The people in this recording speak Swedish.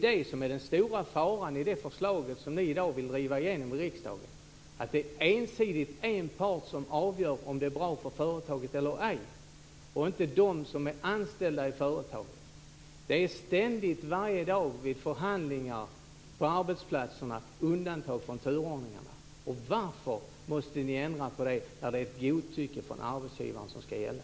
Den stora faran med det förslag som ni vill driva igenom i riksdagen är att det innebär att det ensidigt är en part som avgör om det är bra för företaget eller ej och inte de som är anställda i företaget. Det görs ständigt varje dag vid förhandlingar på arbetsplatserna undantag från turordningsreglerna. Varför måste ni ändra på det så att det blir ett godtycke hos arbetsgivarna som ska gälla?